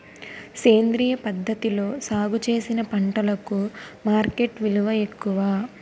సేంద్రియ పద్ధతిలో సాగు చేసిన పంటలకు మార్కెట్ విలువ ఎక్కువ